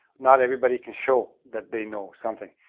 not anybody could show that they know something.